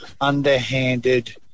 underhanded